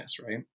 right